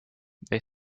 they